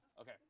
Okay